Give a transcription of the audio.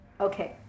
Okay